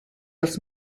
els